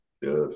Yes